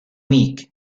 week